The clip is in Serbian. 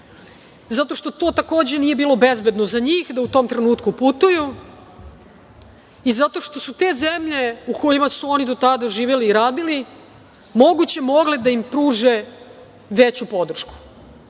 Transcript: zato što to, takođe, nije bilo bezbedno za njih, da u tom trenutku putuju, i zato što su te zemlje u kojima su oni do tada živeli i radili moguće mogle da im pruže veću podršku,